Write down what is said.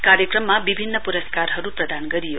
कार्यक्रममा विभिन्न पुरस्कारहरु प्रदान गरियो